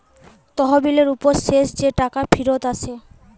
তহবিলের উপর শেষ যে টাকা ফিরত আসে